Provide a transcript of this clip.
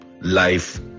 Life